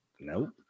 Nope